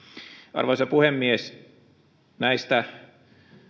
arvoisa puhemies näistä